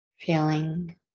feeling